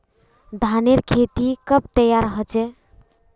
धानेर खेती कब तैयार होचे?